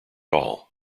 all